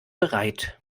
bereit